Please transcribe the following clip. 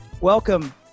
Welcome